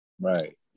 Right